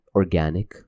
organic